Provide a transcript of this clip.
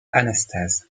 anastase